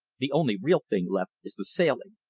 the only real thing left is the sailing.